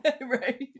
Right